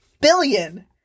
Billion